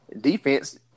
Defense